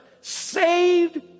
Saved